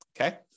okay